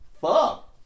Fuck